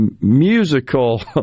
musical